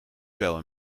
pijl